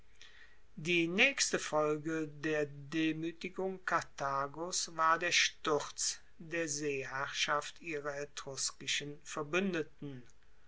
die naechste folge der demuetigung karthagos war der sturz der seeherrschaft ihrer etruskischen verbuendeten